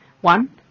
One